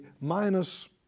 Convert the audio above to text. Minus